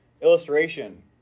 illustration